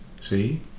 see